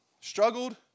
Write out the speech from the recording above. Struggled